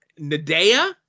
Nadea